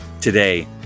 Today